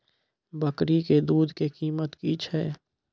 बकरी के दूध के कीमत की छै?